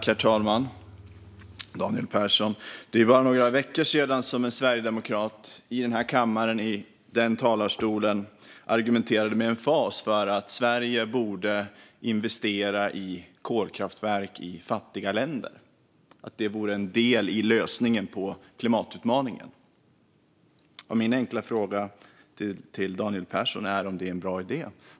Herr talman! Det var bara några veckor sedan som en sverigedemokrat i den här kammaren, i den talarstolen, argumenterade med emfas för att Sverige borde investera i kolkraftverk i fattiga länder. Det vore en del i lösningen på klimatutmaningen. Min enkla fråga till Daniel Persson är om det är en bra idé.